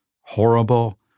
horrible